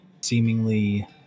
seemingly